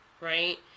right